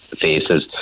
faces